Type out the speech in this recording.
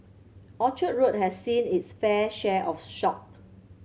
Orchard Road has seen it's fair share of shock